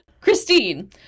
christine